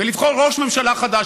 ולבחור ראש ממשלה חדש,